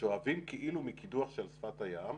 שואבים כאילו מקידוח שעל שפת הים,